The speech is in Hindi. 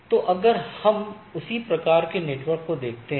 तो अगर हम उसी प्रकार के नेटवर्क को देखते हैं